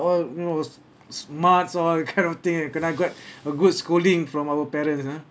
all you know muds all kind of thing then you kena got a good scolding from our parents ah